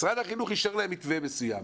משרד החינוך אישר להן מתווה מסוים.